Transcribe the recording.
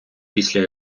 після